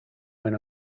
when